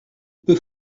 peut